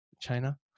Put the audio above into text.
China